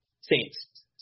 Saints